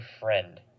Friend